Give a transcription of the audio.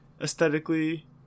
aesthetically